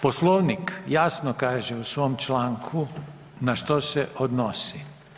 Poslovnik jasno kaže u svom članku na što se odnosi.